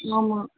ஆமாம்